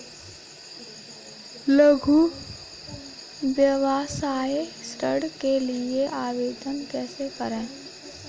लघु व्यवसाय ऋण के लिए आवेदन कैसे करें?